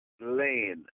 lane